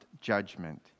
judgment